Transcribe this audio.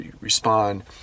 respond